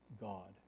God